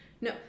No